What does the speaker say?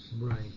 Right